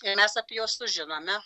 ir mes apie juos sužinome